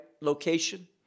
location